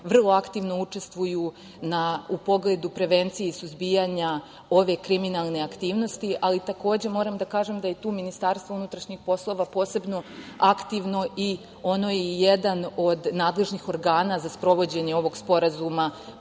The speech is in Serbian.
vrlo aktivno učestvuju u pogledu prevencije i suzbijanja ove kriminalne aktivnosti, ali moram da kažem da je tu MUP posebno aktivno i ono je jedan od nadležnih organa za sprovođenje ovog Sporazuma